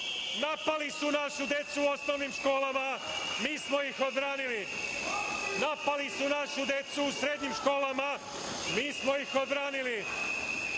Napali su našu decu u osnovnim školama, mi smo ih odbranili. Napali su našu decu u srednjim školama, mi smo ih odbranili.